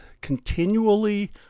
continually